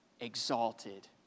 exalted